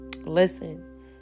Listen